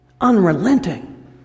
unrelenting